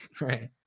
Right